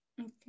okay